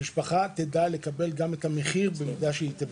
המשפחה תקבל גם את המחיר במידה שהיא תבקש.